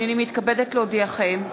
הנני מתכבדת להודיעכם,